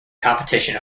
competition